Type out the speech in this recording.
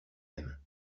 même